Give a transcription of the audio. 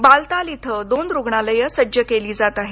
बालताल इथं दोन रुग्णालयं सज्ज केली जात आहेत